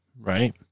Right